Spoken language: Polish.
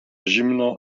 zimną